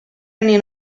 anni